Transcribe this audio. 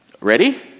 Ready